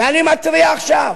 ואני מתריע עכשיו,